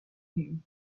him